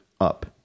up